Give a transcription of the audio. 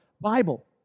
Bible